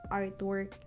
artwork